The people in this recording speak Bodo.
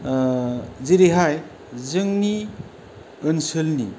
जेरैहाय जोंनि ओनसोलनि